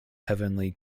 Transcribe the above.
heavenly